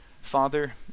Father